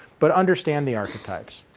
but understand the archetypes.